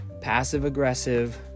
passive-aggressive